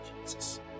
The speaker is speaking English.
Jesus